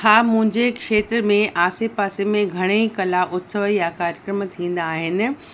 हा मुंहिंजे खेत्र में आसे पासे में घणेई कला उत्सव या कार्यक्रम थींदा आहिनि